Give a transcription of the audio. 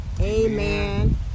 Amen